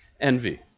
Envy